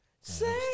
Say